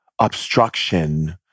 obstruction